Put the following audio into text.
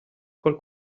col